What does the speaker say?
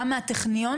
גם מהטכניון,